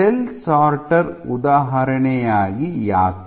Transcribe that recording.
cell sorter ಉದಾಹರಣೆಯಾಗಿ ಏಕೆ